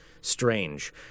strange